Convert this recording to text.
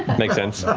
makes sense.